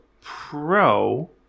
pro